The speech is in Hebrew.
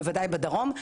בוודאי בדרום.